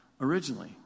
originally